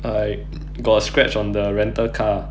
I got a scratch on the rental car